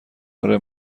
اره